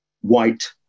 white